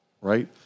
Right